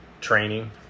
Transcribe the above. training